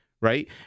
right